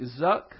Zuck